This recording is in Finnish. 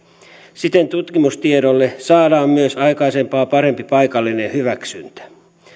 siten tutkimustiedolle saadaan myös aikaisempaa parempi paikallinen hyväksyntä